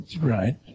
Right